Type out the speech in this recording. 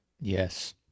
Yes